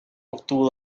obtuvo